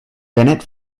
bennett